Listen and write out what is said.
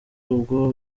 ubwo